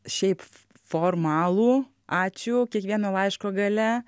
šiaip formalų ačiū kiekvieno laiško gale